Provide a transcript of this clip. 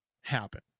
happen